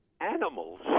animals